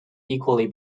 equally